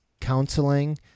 counseling